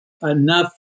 enough